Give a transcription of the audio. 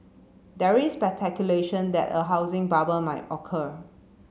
there is that a housing bubble might occur